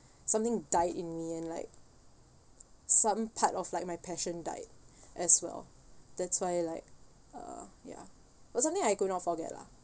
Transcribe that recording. something died in me and like some part of like my passion died as well that's why like uh ya was something I could not forget lah